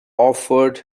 offered